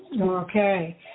Okay